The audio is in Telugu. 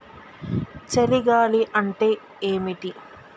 చలి గాలి అంటే ఏమిటి?